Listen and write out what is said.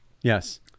Yes